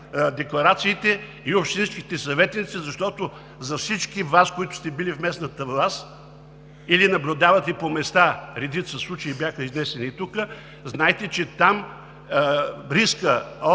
декларациите и общинските съветници, защото за всички Вас, които сте били в местната власт или наблюдавате по места, редица случаи бяха изнесени тук. Знаете, че там рискът